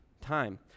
time